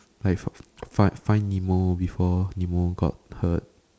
like fi~ fi~ find find nemo before nemo got hurt